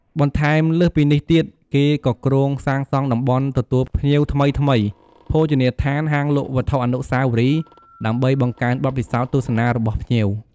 បន្ថែមលើសពីនេះទៀត គេក៏គ្រោងសាងសង់តំបន់ទទួលភ្ញៀវថ្មីៗ ភោជនីយដ្ឋាន ហាងលក់វត្ថុអនុស្សាវរីយ៍ ដើម្បីបង្កើនបទពិសោធន៍ទស្សនារបស់ភ្ញៀវ។